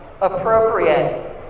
appropriate